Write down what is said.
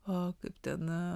kaip ten